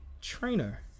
trainer